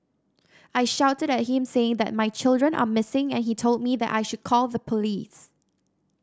I shouted at him saying that my children are missing and he told me that I should call the police